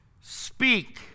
Speak